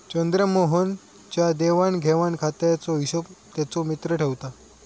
चंद्रमोहन च्या देवाण घेवाण खात्याचो हिशोब त्याचो मित्र ठेवता